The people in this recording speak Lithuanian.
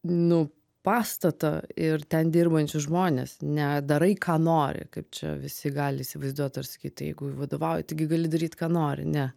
nu pastatą ir ten dirbančius žmones ne darai ką nori kaip čia visi gali įsivaizduot ar sakyt tai jeigu vadovauji tai gali daryt ką nori ne